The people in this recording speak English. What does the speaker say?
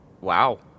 Wow